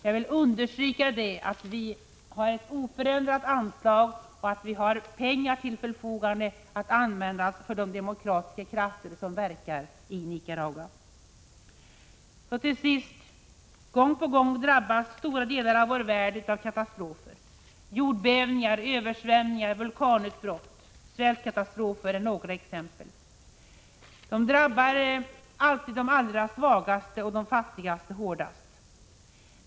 Jag vill bara understryka att vi föreslår ett oförändrat anslag och att vi föreslår att pengar ställs till förfogande att användas för de demokratiska krafter som verkar i Nicaragua. Gång på gång drabbas stora delar av vår värld av katastrofer. Jordbävningar, översvämningar, vulkanutbrott och svältkatastrofer är några exempel. De drabbar alltid de allra svagaste och de allra fattigaste hårdast.